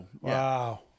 Wow